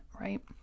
right